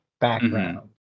background